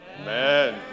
Amen